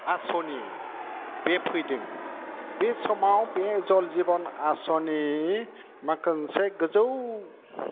आसनि बे फैदों बे समाव बे जल जिबन आसनि मा खानसे गोजौ